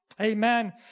Amen